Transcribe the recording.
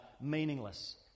meaningless